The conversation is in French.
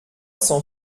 cent